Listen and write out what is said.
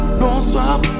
Bonsoir